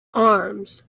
arms